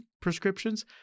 prescriptions